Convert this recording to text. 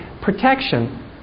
protection